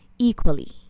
Equally